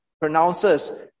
pronounces